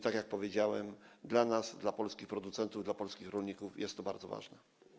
Tak jak powiedziałem, dla nas, dla polskich producentów, dla polskich rolników jest to bardzo ważne.